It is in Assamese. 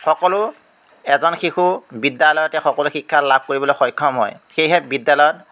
সকলো এজন শিশু বিদ্যালয়তে সকলো শিক্ষা লাভ কৰিবলৈ সক্ষম হয় সেইহে বিদ্যালয়ত